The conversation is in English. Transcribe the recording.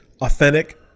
Authentic